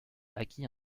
acquit